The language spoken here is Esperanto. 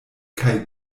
kaj